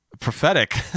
prophetic